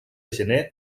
gener